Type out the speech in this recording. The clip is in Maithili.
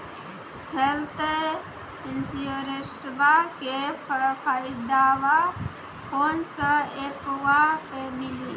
हेल्थ इंश्योरेंसबा के फायदावा कौन से ऐपवा पे मिली?